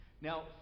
Now